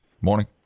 Morning